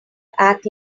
act